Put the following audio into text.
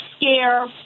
scare